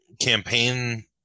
campaign